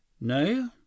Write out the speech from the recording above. No